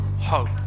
hope